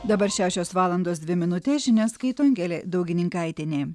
dabar šešios valandos dvi minutės žinias skaito angelė daugininkaitienė